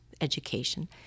education